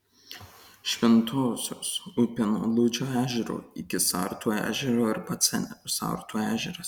šventosios upė nuo luodžio ežero iki sartų ežero ir pats sartų ežeras